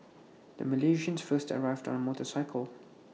the Malaysians first arrived on A motorcycle